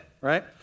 right